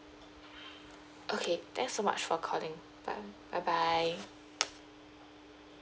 okay thanks so much for calling bye bye bye